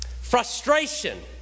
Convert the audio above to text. Frustration